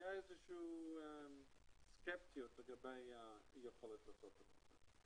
הייתה סקפטיות לגבי היכולת לעשות את זה.